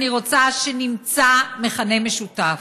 אני רוצה שנמצא מכנה משותף,